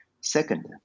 Second